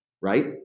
Right